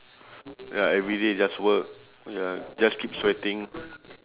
ya every day just work ya just keep sweating